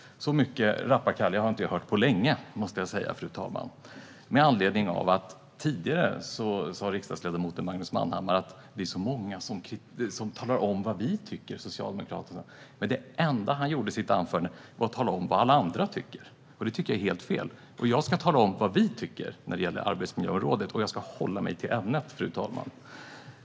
Så mycket rappakalja har jag inte hört på länge. Det måste jag säga, fru talman, med anledning av att riksdagsledamoten Magnus Manhammar tidigare sa att det är så många som talar om vad Socialdemokraterna tycker. Men det enda han gjorde i sitt anförande var att tala om vad alla andra tycker. Det tycker jag är helt fel. Jag ska tala om vad vi tycker när det gäller arbetsmiljö, fru talman, och jag ska hålla mig till ämnet.